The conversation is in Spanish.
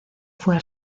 fue